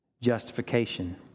justification